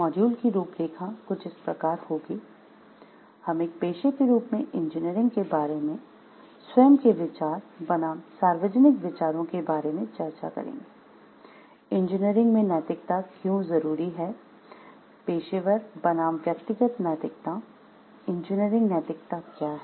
module की रूपरेखा कुछ इस प्रकार होगी हम एक पेशे के रूप में इंजीनियरिंग के बारे में स्वयं के विचार बनाम सार्वजनिक विचारों के बारे में चर्चा करेंगे इंजीनियरिंग में नैतिकता क्यों जरुरी है पेशेवर बनाम व्यक्तिगत नैतिकता इंजीनियरिंग नैतिकता क्या है